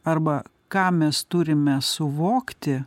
arba ką mes turime suvokti